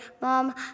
Mom